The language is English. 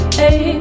hey